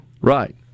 right